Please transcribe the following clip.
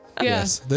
Yes